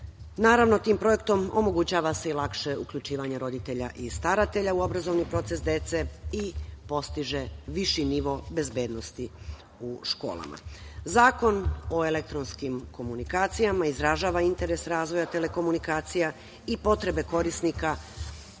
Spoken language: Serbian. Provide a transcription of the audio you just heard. Naravno, tim projektom omogućava se i lakše uključivanje roditelja i staratelja u obrazovni proces dece i postiže viši nivo bezbednosti u školama. Zakon o elektronskim komunikacijama izražava interes razvoja telekomunikacija i potrebe korisnika